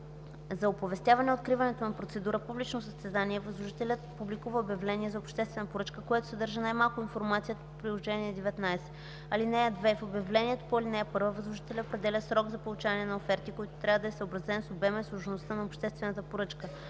За оповестяване откриването на процедура публично състезание възложителят публикува обявление за обществена поръчка, което съдържа най-малко информацията по Приложение № 19. (2) В обявлението по ал. 1 възложителят определя срок за получаване на оферти, който трябва да е съобразен с обема и сложността на обществената поръчка.